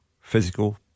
Physical